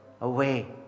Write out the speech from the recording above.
away